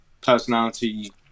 personality